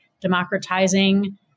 democratizing